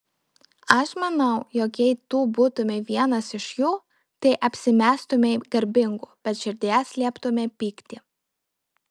aš manau jog jei tu būtumei vienas iš jų tai apsimestumei garbingu bet širdyje slėptumei pyktį